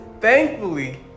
Thankfully